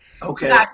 Okay